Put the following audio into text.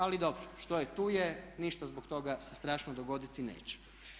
Ali dobro, što je tu je, ništa zbog toga se strašno dogoditi neće.